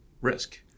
risk